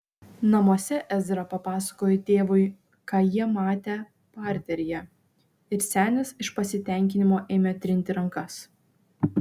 namuose ezra papasakojo tėvui ką jie matę parteryje ir senis iš pasitenkinimo ėmė trinti rankas